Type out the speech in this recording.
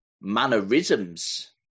mannerisms